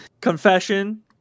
Confession